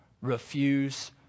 Refuse